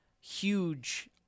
huge